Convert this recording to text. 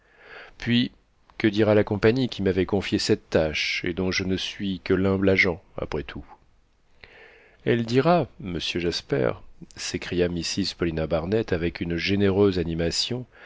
puis que dira la compagnie qui m'avait confié cette tâche et dont je ne suis que l'humble agent après tout elle dira monsieur jasper s'écria mrs paulina barnett avec une généreuse animation